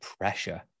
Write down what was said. pressure